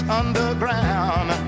underground